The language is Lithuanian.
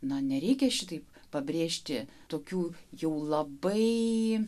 na nereikia šitaip pabrėžti tokių jau labai